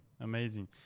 amazing